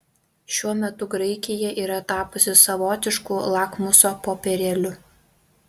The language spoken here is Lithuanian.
šiuo metu graikija yra tapusi savotišku lakmuso popierėliu